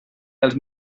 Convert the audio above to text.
els